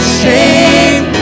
shame